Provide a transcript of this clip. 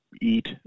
eat